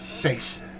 faces